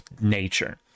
nature